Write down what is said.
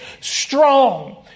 strong